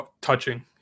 touching